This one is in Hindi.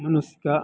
मनुष्य का